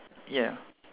ya